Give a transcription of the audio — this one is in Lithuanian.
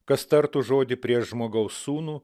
kas tartų žodį prieš žmogaus sūnų